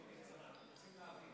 לא בקצרה, אנחנו רוצים להבין.